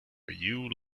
yue